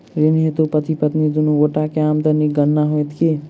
ऋण हेतु पति पत्नी दुनू गोटा केँ आमदनीक गणना होइत की?